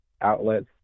outlets